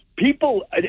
People